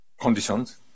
conditions